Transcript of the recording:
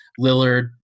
lillard